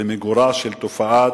למיגורה של תופעה